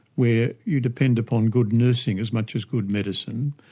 where you depend upon good nursing as much as good medicine,